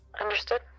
Understood